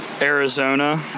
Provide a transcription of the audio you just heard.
Arizona